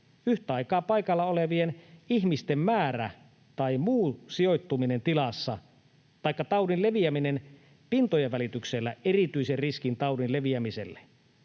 yhtä aikaa paikalla olevien ihmisten määrä tai muu sijoittuminen tilassa taikka taudin leviäminen pintojen välityksellä erityisen riskin taudin leviämiselle.